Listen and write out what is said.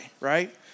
right